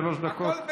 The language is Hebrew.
שלוש דקות.